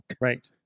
right